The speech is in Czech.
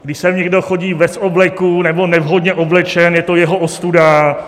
Když sem někdo chodí bez obleku nebo nevhodně oblečen, je to jeho ostuda.